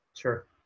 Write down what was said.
Sure